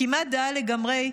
כמעט דהה לגמרי,